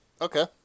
Okay